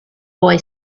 boy